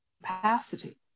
capacity